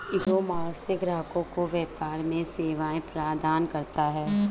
ecommerce ग्राहकों को व्यापार में सेवाएं प्रदान करता है